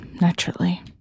naturally